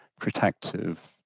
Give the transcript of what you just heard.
protective